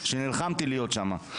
שנלחמתי להיות שמה,